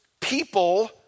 people